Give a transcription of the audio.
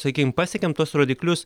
sakykim pasiekėm tuos rodiklius